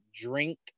drink